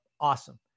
awesome